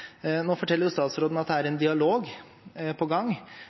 Nå forteller statsråden at det er en dialog på gang,